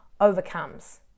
overcomes